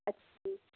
ਅੱਛਾ ਜੀ